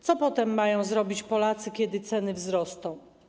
Co potem mają zrobić Polacy, kiedy ceny wzrosną?